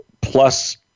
plus